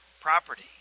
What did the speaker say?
property